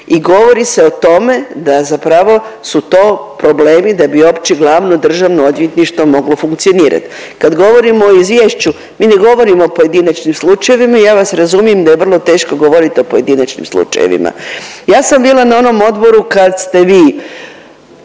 i govori se o tome da zapravo su to problemi da bi uopće glavno državno odvjetništvo moglo funkcionirat. Kad govorimo o izvješću mi ne govorimo o pojedinačnim slučajevima. Ja vas razumijem da je vrlo teško govorit o pojedinačnim slučajevima. Ja sam bila na onom odboru kad ste vi